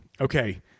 Okay